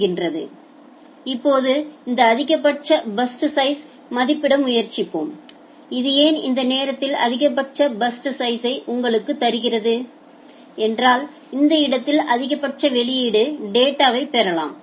இப்போது இந்த அதிகபட்ச பர்ஸ்ட் சைஸ்யை மதிப்பிட முயற்சிப்போம் இது ஏன் இந்த நேரத்தில் அதிகபட்ச பர்ஸ்ட் சைஸ்யை உங்களுக்குத் தருகிறதுஎன்றால் இந்த இடத்தில் அதிகபட்ச வெளியீட்டு டேட்டாவை பெறலாம்